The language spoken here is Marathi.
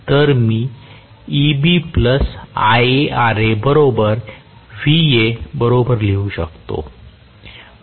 तर मी Eb प्लस IaRa बरोबर Va बरोबर लिहू शकतो